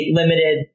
limited